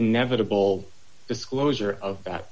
inevitable disclosure of that